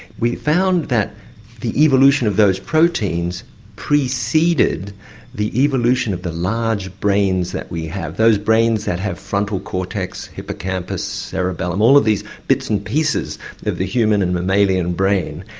we found that the evolution of those proteins preceded the evolution of the large brains that we have, those brains that have frontal cortex, hippocampus, cerebellum, all of these bits and pieces of the human and mammalian brain,